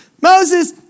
Moses